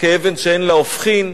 כאבן שאין לה הופכין,